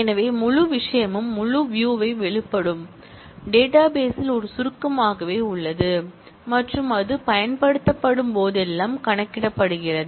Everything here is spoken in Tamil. எனவே முழு விஷயமும் முழு வியூ வெளிப்பாடும் டேட்டாபேஸ் ல் ஒரு சுருக்கமாகவே உள்ளது மற்றும் அது பயன்படுத்தப்படும்போதெல்லாம் கணக்கிடப்படுகிறது